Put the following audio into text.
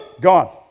gone